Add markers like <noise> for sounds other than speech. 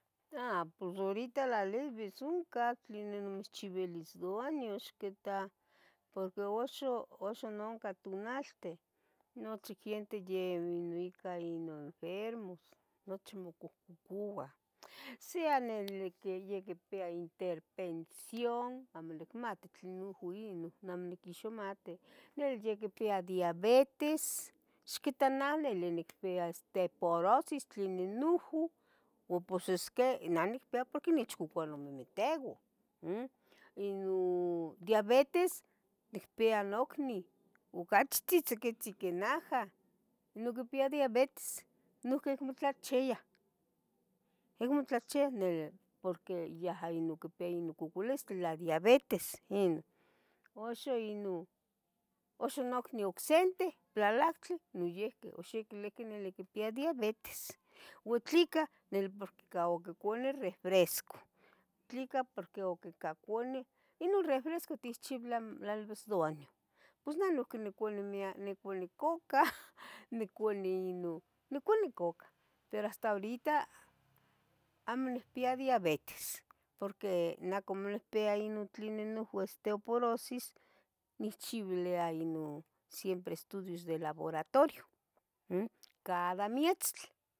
A pos horita tlalibis ohcan tlenoh nechibilis daño ixquita porque uxan, uxan nuncan tonalten nochi giente yeh ica ino in enfermos, nochi mocohcocua sea nili que ya quipia interpensión amo nicmati tlenoh uinon, neh amo niquixmati, nili ya quipia diabetes, ixquita nah nili nicpia esteporosistli tlenih nuhu u pos esque nah nicpia porque nechcocoua nomimiteu umm inon diabetis nicpia nocniu ocaxhi tzitzicotzi que naha. noiuqui icpia diabetes noiuqui acmo tlachia, acmo tlachis nili porqui yaha quipia inon coculistli la diabetes inon, uxa nocniu ocsente plalactli noiuqui ux ihquin nili quipia diabetes utlica del porque ic uquicau oni refresco, tleca porque iquica coni inon regresco techchiuilia lal vez duaño pos neh noiuqui nicuni miac nicuni cuca <laughs> nicuni inon nicuni cuca, pero hasta horita amo nicpia diabetis porque nah nicpia inon tlenoh inhu ostepososis nechchinilia inon siempre estudios de laboratorio umm cada mietztli